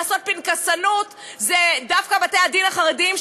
ולשים פנקסנות זה דווקא בתי-הדין החרדיים,